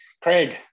Craig